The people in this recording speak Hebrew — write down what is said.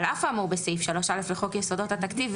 אף האמור בסעיף 3(א) לחוק יסודות התקציב,